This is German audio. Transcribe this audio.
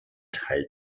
teilt